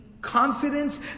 confidence